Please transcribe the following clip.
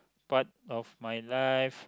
part of my life